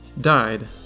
died